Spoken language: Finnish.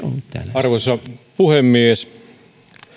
arvoisa puhemies